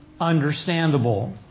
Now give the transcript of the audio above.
understandable